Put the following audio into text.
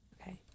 Okay